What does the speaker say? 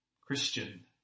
Christian